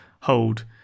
hold